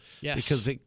Yes